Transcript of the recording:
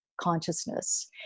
consciousness